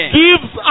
gives